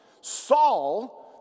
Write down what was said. Saul